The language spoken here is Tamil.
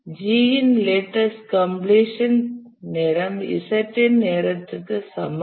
G இன் லேட்டஸ்ட் கம்பிலேஷன் நேரம் Z இன் நேரத்துக்கு சமம்